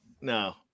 No